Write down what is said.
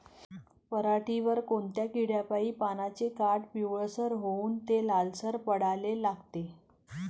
पऱ्हाटीवर कोनत्या किड्यापाई पानाचे काठं पिवळसर होऊन ते लालसर पडाले लागते?